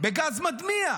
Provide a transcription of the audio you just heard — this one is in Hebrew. בגז מדמיע.